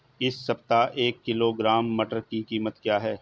इस सप्ताह एक किलोग्राम मटर की कीमत क्या है?